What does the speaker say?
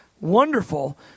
wonderful